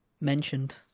mentioned